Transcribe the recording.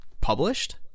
published